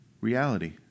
reality